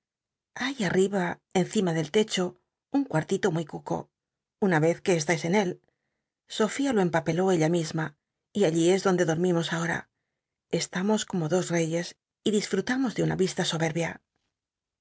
hay arriba encima del lecho un cuartito muy cuco una vez que cstais en él sofía lo empapeló ella misma y alli es i l esl unos como dos cycs donde dormimos aho y disfmtamos de una isla soberbia